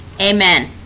Amen